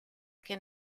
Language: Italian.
che